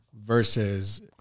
versus